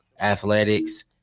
Athletics